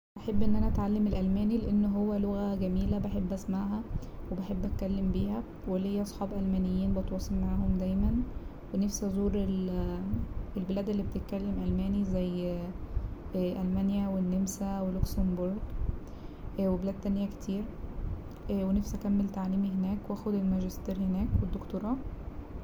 هحب ان انا اتعلم الألماني لأن هو لغة جميلة بحب اسمعها وبحب اتكلم بيها وليا اصحاب ألمانيين بتواصل معاهم دايما ونفسي ازور البلاد اللي بتتكلم الماني زي ألمانيا والنمسا ولوكسمبورج وبلاد تانية كتير ونفسي اكمل تعليمي هناك واخد الماجستير هناك والدكتوراه.